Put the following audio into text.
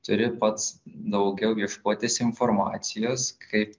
turi pats daugiau ieškotis informacijos kaip